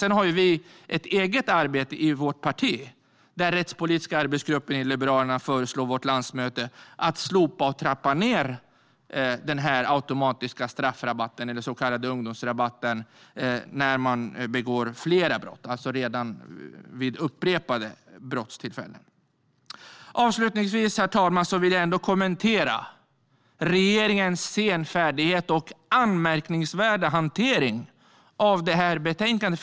Sedan har vi ett eget arbete i vårt parti, där den rättspolitiska arbetsgruppen i Liberalerna föreslår vårt landsmöte att slopa och trappa ned den automatiska straffrabatten - den så kallade ungdomsrabatten - för den som begår flera brott, alltså redan vid upprepade brottstillfällen. Avslutningsvis, herr talman, vill jag ändå kommentera regeringens senfärdighet och anmärkningsvärda hantering av detta betänkande.